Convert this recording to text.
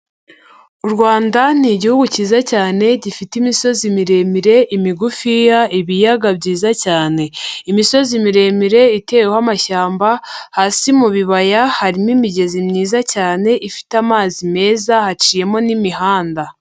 U Rwanda ni Igihugu cyiza cyane gifite imisozi miremire, imigufiya, ibiyaga byiza cyane. Imisozi miremire iteyeho amashyamba, hasi mu bibaya harimo imigezi myiza cyane ifite amazi meza, haciyemo n'imihanda.